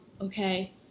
okay